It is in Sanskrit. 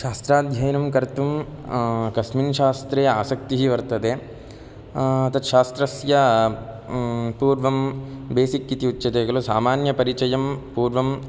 शास्त्राध्ययनं कर्तुं कस्मिन् शास्त्रे आसक्तिः वर्तते तत् शास्त्रस्य पूर्वं बेसिक् इति उच्यते खलु सामान्यपरिचयं पूर्वम्